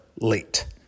Late